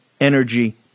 energy